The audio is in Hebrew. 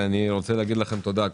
ואני רוצה להגיד לכם תודה,